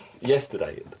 yesterday